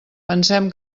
pensem